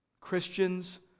christians